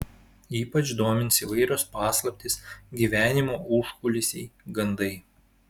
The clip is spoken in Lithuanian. ypač domins įvairios paslaptys gyvenimo užkulisiai gandai